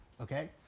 okay